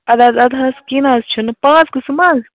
اَدٕ حظ اَدٕ حظ کیٚںہہ نہ حظ چھُنہٕ پانٛژھ قٕسٕم حظ